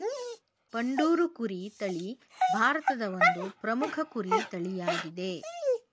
ಬಂಡೂರು ಕುರಿ ತಳಿ ಭಾರತದ ಒಂದು ಪ್ರಮುಖ ಕುರಿ ತಳಿಯಾಗಿದೆ